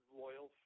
loyal